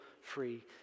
free